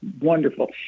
wonderful